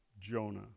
Jonah